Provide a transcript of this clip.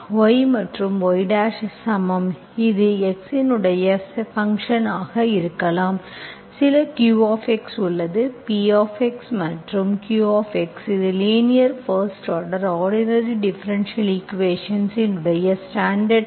y மற்றும் y சமம் இது x இன் சில ஃபங்க்ஷன் இருக்கலாம் சில qx உள்ளது Px மற்றும் q x இது linear first order ordinary differential equations இன் ஸ்டாண்டர்ட் பார்ம்